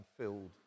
filled